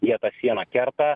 jie tą sieną kerta